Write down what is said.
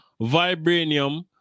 vibranium